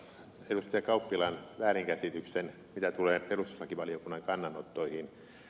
kauppilan väärinkäsityksen mitä tulee perustuslakivaliokunnan kannanottoihin